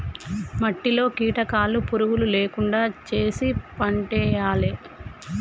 మట్టిలో కీటకాలు పురుగులు లేకుండా చేశి పంటేయాలే